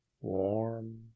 warm